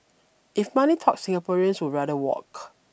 if money talks Singaporeans would rather walk